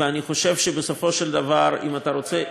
ואני חושב שבסופו של דבר, אם אתה רוצה,